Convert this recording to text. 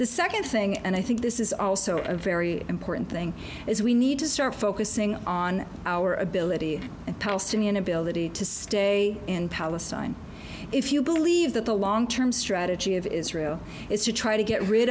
the second thing and i think this is also a very important thing is we need to start focusing on our ability and palestinian ability to stay in palestine if you believe that the long term strategy if israel is to try to get rid